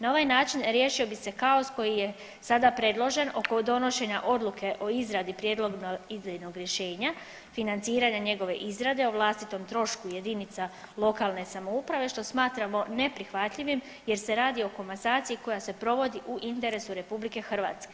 Na ovaj način riješio bi se kaos koji je sada predložen oko donošenja odluke o izradi prijedloga idejnog rješenja, financiranje njegove izrade o vlastitom trošku jedinica lokalne samouprave što smatramo neprihvatljivim jer se radi o komasaciji koja se provodi u interesu RH.